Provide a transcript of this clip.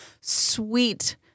sweet